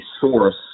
source